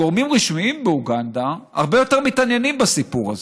גורמים רשמיים באוגנדה הרבה יותר מתעניינים בסיפור הזה.